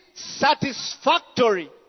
Satisfactory